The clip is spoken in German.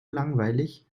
langweilig